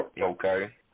Okay